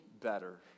better